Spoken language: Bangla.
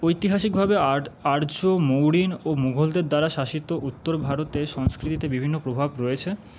ঐতিহাসিকভাবে আ আর্য মৌরিন ও মুঘলদের দ্বারা শাসিত উত্তর ভারতের সংস্কৃতিতে বিভিন্ন প্রভাব রয়েছে